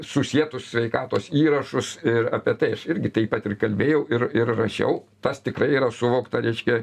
susietus sveikatos įrašus ir apie tai aš irgi taip pat ir kalbėjau ir ir rašiau tas tikrai yra suvokta reiškia